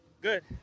Good